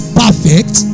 perfect